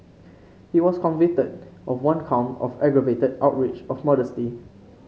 he was convicted of one count of aggravated outrage of modesty